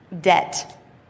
debt